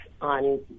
on